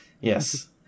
Yes